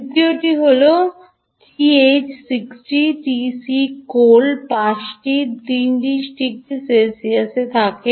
দ্বিতীয় যদি Th 60 হয় Tc কোল্ড পাশটি 30 ডিগ্রি সেলসিয়াসে থাকে